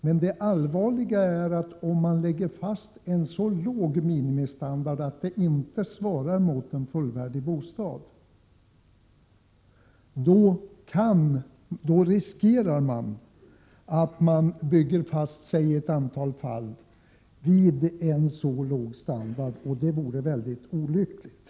Men det allvarliga är, att man om man fastställer en så låg standard att den inte uppfyller kravet på en fullvärdig bostad riskerar att i ett antal fall så att säga bygga fast sig i denna låga standard. Detta vore mycket olyckligt.